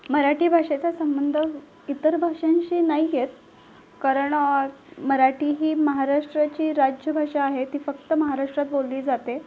मराठी भाषेचा संबंध इतर भाषांशी नाही येत कारण मराठी ही महाराष्ट्राची राज्यभाषा आहे ती फक्त महाराष्ट्रात बोलली जाते